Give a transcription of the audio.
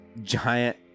Giant